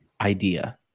idea